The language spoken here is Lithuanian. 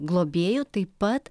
globėjų taip pat